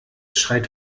schreit